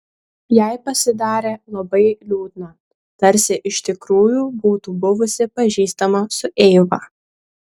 jai pasidarė labai liūdna tarsi iš tikrųjų būtų buvusi pažįstama su eiva